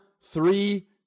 three